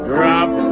Drop